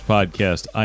Podcast